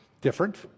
different